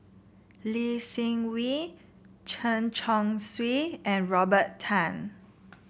Lee Seng Wee Chen Chong Swee and Robert Tan